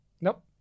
Nope